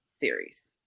series